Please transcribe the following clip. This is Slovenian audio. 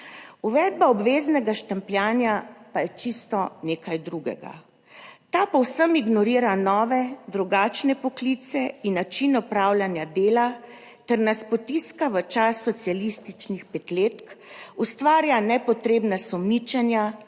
Uvedba obveznega štempljanja pa je čisto nekaj drugega: ta povsem ignorira nove, drugačne poklice in način opravljanja dela ter nas potiska v čas socialističnih petletk. Ustvarja nepotrebna sumničenja